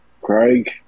craig